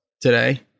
today